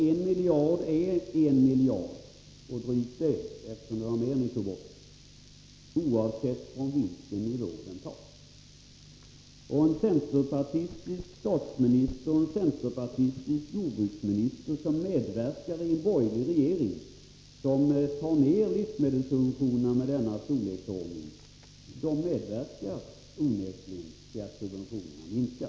En miljard är en miljard, Einar Larsson — och drygt det, eftersom det var mer ni tog bort — oavsett från vilken nivå det tas. En centerpartistisk statsminister och en centerpartistisk jordbruksminister i en borgerlig regering som tar ner livsmedelssubventionerna med belopp i denna storleksordning medverkar onekligen till att subventionerna minskas.